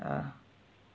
uh